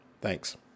Thanks